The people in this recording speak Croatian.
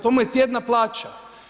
To mu je tjedna plaća.